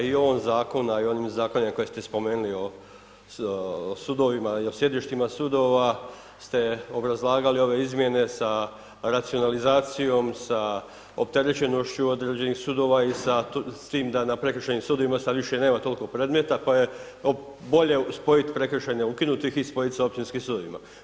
Pa i u ovom zakonu, i u onim zakonima koje ste spomenuli o sudovima i o sjedištima sudova, ste obrazlagali ove izmjene sa racionalizacijom, sa opterećenošću određenih sudova i sa tim da na prekršajnim sudovima sad više nema toliko predmeta, pa je bolje spojiti prekršajne, ukinuti ih i spojiti sa općinskim sudovima.